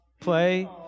play